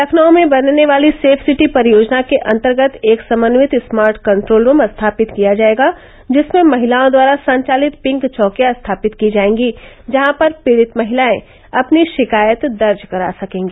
लखनऊ में बनने वाली सेफ सिटी परियोजना के अन्तर्गत एक समन्वित स्मार्ट कंट्रोल रूम स्थापित किया जायेगा जिसमें महिलाओं द्वारा संचालित पिंक चौकिया स्थापित की जायेगी जहां पर पीड़ित महिलाएं अपनी शिकायत दर्ज करा सकेंगी